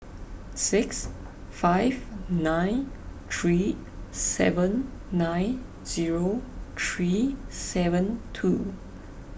six five nine three seven nine zero three seven two